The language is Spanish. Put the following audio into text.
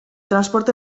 transporte